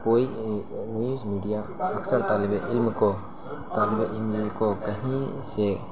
کوئی news media اکثر طالبِ علم کو طالبِ علم کو کہیں سے